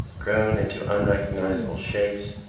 grown into unrecognizable shapes,